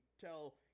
tell